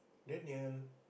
Daniel